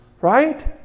right